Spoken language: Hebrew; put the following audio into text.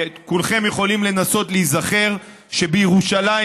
כולכם יכולים לנסות להיזכר שבירושלים